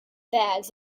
bags